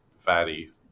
fatty